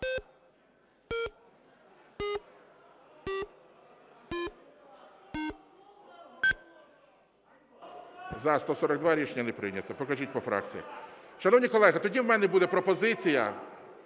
За-142 Рішення не прийнято. Покажіть по фракціях. Шановні колеги, тоді в мене буде пропозиція.